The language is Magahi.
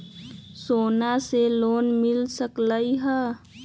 सोना से लोन मिल सकलई ह?